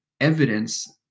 evidence